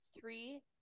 three